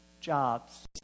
jobs